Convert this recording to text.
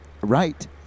right